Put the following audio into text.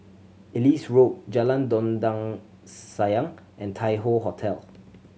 Ellis Road Jalan Dondang Sayang and Tai Hoe Hotel